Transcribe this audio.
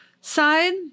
side